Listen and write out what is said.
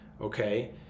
okay